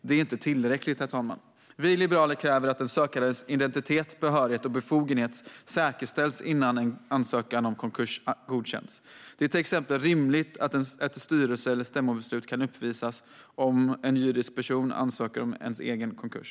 Det är inte tillräckligt, herr talman. Vi liberaler kräver att den sökandes identitet, behörighet och befogenhet säkerställs innan en ansökan om konkurs godkänns. Det är till exempel rimligt att ett styrelse eller stämmobeslut kan uppvisas om en juridisk person ansöker om egen konkurs.